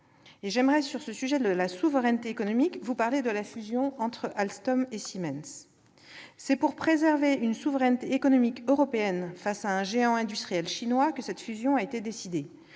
vision. Sur ce sujet de la souveraineté économique, j'aimerais évoquer la fusion entre Alstom et Siemens. C'est pour préserver une souveraineté économique européenne face à un géant industriel chinois que cette fusion a été décidée.